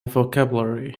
vocabulary